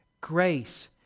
grace